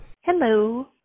Hello